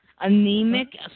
anemic